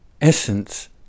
essence